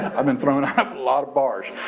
i've been thrown out a lot of bars.